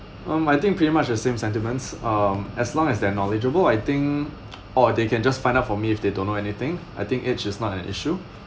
um I think pretty much the same sentiments um as long as they're knowledgeable I think or they can just find out for me if they don't know anything I think age is not an issue